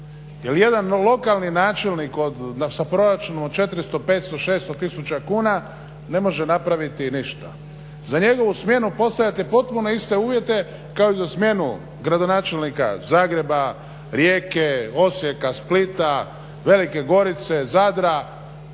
jedan lokalni načelnik od, sa proračunom sa 400, 500, 600 tisuća kuna ne može napraviti ništa, za njegovu smjenu postavljate potpuno iste uvjete kao i za smjenu gradonačelnika Zagreba, Rijeke, Osijeka, Splita, Velike Gorice, Zadra